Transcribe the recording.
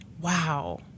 Wow